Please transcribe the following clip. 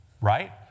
Right